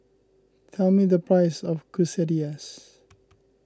tell me the price of Quesadillas